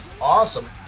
awesome